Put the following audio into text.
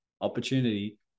opportunity